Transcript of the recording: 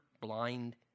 blind